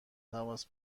تماس